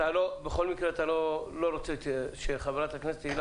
בכל מקרה, אתה לא רוצה שחברת הכנסת הילה תהיה?